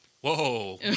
Whoa